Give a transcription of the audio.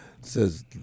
says